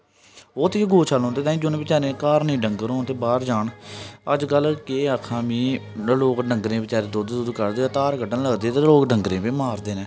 ओह् ते गौऽ शाला उं'दे ताहीं जि'नें घर नेईं डंगर होन ते बाहर जान अज्ज कल केह् आखां में लोक डंगरे च बचारे दुद्ध कड्ढदे धार कड्ढन लगदे ते लोक डंगरें ई बी मारदे न